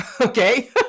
Okay